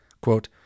Quote